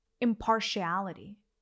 impartiality